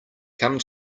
come